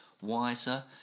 wiser